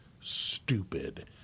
stupid